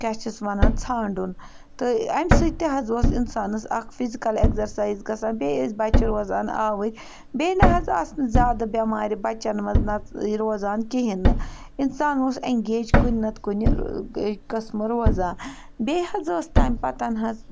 کیٛاہ چھِس وَنان ژھانٛڈُن تہٕ اَمہِ سۭتۍ تہِ حظ اوس اِنسانَس اَکھ فِزِکَل اٮ۪گزرسایِز گژھان بیٚیہِ ٲسۍ بَچہِ روزان آوٕرۍ بیٚیہِ نَہ حظ آسہٕ نہٕ زیادٕ بٮ۪مارِ بَچَن منٛز روزان کِہیٖنۍ نہٕ اِنسان اوس اٮ۪نٛگیج کُنہِ نَتہٕ کُنہِ قٕسمہٕ روزان بیٚیہِ حظ اوس تَمہِ پَتہٕ حظ